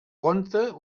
contra